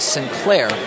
Sinclair